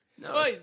No